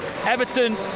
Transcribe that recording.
Everton